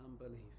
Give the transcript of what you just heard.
unbelief